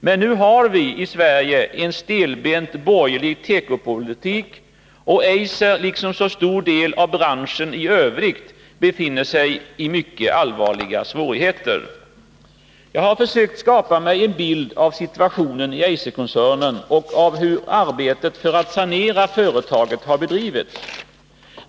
Men nu har vi i Sverige en stelbent borgerlig tekopolitik, och Eiser — liksom så stor del av branschen i övrigt — befinner sig i mycket allvarliga svårigheter. Jag har försökt skapa mig en bild av situationen i Eiserkoncernen och av hur arbetet för att sanera företaget har bedrivits.